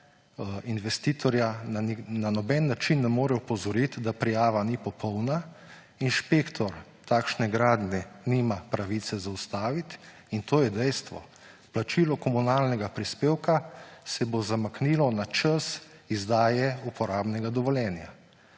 investitorja na noben način ne more opozoriti, da prijava ni popolna. Inšpektor takšne gradnje nima pravice zaustaviti in to je dejstvo. Plačilo komunalnega prispevka se bo zamaknilo na čas izdaje uporabnega dovoljenja.